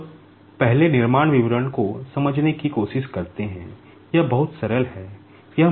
अब पहले निर्माण विवरण को समझने की कोशिश करते हैं यह बहुत सरल है